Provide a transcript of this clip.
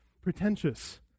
pretentious